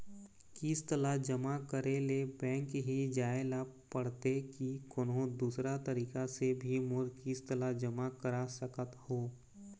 किस्त ला जमा करे ले बैंक ही जाए ला पड़ते कि कोन्हो दूसरा तरीका से भी मोर किस्त ला जमा करा सकत हो?